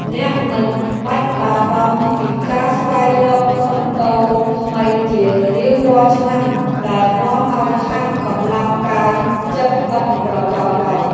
អ្នកមិនបាច់បារម្ភពីការស្វែងរកខុនដូថ្មីជារៀងរាល់ឆ្នាំដែលនាំឱ្យខាតកម្លាំងកាយចិត្តឥតប្រយោជន៍ឡើយ។